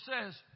says